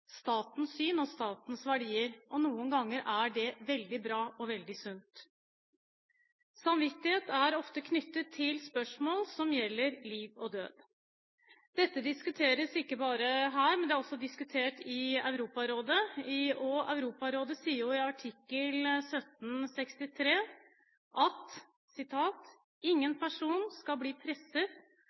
statens syn og statens verdier. Noen ganger er det veldig bra og veldig sunt. Samvittighet er ofte knyttet til spørsmål som gjelder liv og død. Dette diskuteres ikke bare her, men det er også diskutert i Europarådet. Europarådet sier i resolusjon 1763 at ingen person skal bli presset,